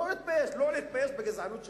לא להתבייש, לא להתבייש בגזענות שלכם,